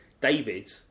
David